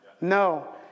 No